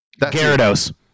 Gyarados